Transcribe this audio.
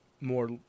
more